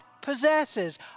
possesses